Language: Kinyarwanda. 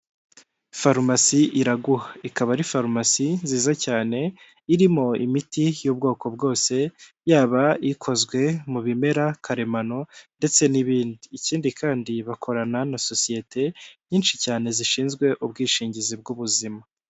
Farumasi iraguha ikaba ari farumasi nziza cyane, irimo imiti y'ubwoko bwose yaba ikozwe mu bimera karemano ndetse n'ibindi, ikindi kandi bakorana na sosiyete nyinshi cyane zishinzwe ubwishingizi bw'ubuzima.